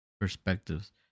perspectives